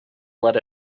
let